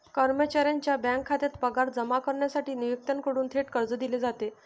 कर्मचाऱ्याच्या बँक खात्यात पगार जमा करण्यासाठी नियोक्त्याकडून थेट कर्ज दिले जाते